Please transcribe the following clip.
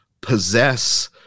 possess